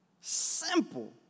simple